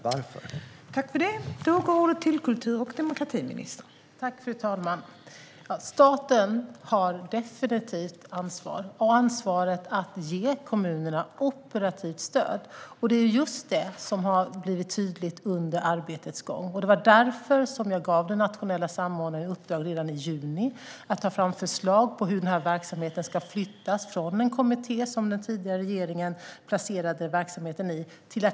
Varför är det så?